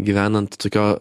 gyvenant tokio